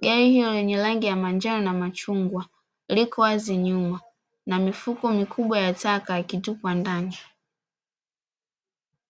Gari Hilo lenye rangi ya manjano machungwa liko wazi nyuma na mifuko mikubwa ya taka ikitupwa ndani.